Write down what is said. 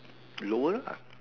lower lah